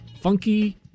Funky